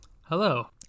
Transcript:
Hello